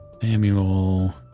Samuel